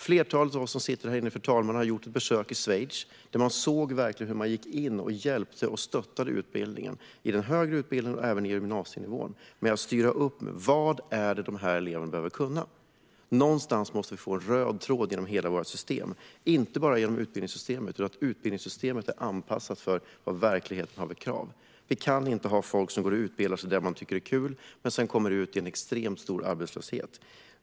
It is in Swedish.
Flertalet av oss som sitter här inne, fru talman, har gjort ett besök i Schweiz. Där såg vi verkligen hur man gick in och hjälpte och stöttade utbildningen - den högre utbildningen och även gymnasienivån. Man styrde upp. Vad är det dessa elever behöver kunna? Någonstans måste vi få en röd tråd genom hela våra system, inte bara genom utbildningssystemet. Det handlar om att utbildningssystemet är anpassat till vad verkligheten har för krav. Vi kan inte ha människor som utbildar sig i det de tycker är kul och som sedan kommer ut i en extremt stor arbetslöshet.